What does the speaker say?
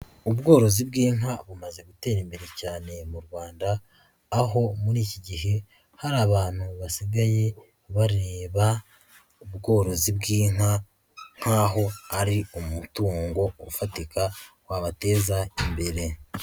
Ubworozi bw'inka bumaze gutera imbere cyane mu Rwanda, aho muri iki gihe hari abantu basigaye bareba ubworozi bw'inka nk'aho ari umutungo ufatika wabateza imbere.